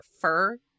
fur